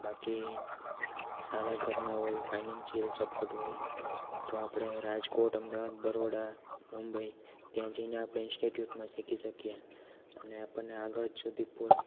બાકી સારા ઘરના એવી ફાઈનાન્સિયલ સપોર્ટ હોય તો આપણે રાજકોટ અમદાવાદ બરોડા મુંબઈ ત્યાં જઈને આપણે ઈન્સ્ટિટ્યૂટમાં શીખી શકીએ અને આપણને આગળ ફૂલ